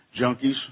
junkies